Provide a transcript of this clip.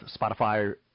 Spotify